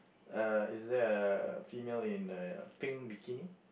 uh is there a female in a pink bikini